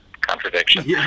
contradiction